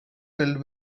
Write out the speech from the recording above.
filled